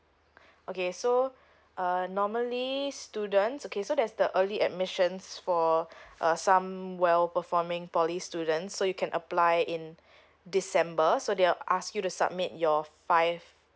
okay so uh normally students okay so there's the early admissions for uh some well performing poly students so you can apply in december so they will ask you to submit your five